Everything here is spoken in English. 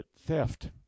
theft